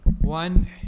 One